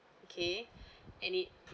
okay and it